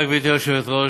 גברתי היושבת-ראש,